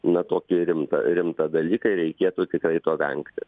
na tokį rimtą rimtą dalyką reikėtų tikrai to vengti